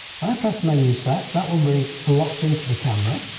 when i press menu set that will be locked into the camera.